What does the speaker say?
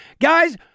Guys